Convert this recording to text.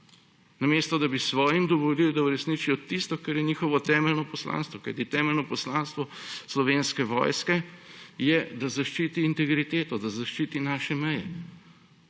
Namesto da bi svojim dovolili, da uresničijo tisto, kar je njihovo temeljno poslanstvo, kajti temeljno poslanstvo Slovenske vojske je, da zaščiti integriteto, da zaščiti naše meje.